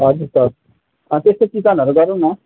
हजुर सर त्यस्तो चिकनहरू गरौँ न